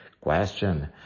Question